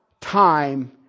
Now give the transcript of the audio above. time